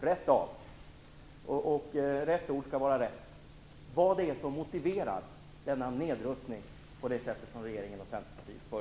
Man skall använda rätt ord. Vad är det som motiverar denna nedrustning på det sätt som regeringen och